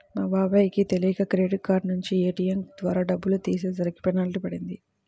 మా బాబాయ్ కి తెలియక క్రెడిట్ కార్డు నుంచి ఏ.టీ.యం ద్వారా డబ్బులు తీసేసరికి పెనాల్టీ పడింది